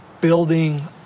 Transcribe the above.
building